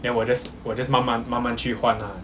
then 我 just 我 just 慢慢慢慢去换 lah